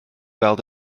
weld